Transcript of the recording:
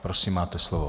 Prosím, máte slovo.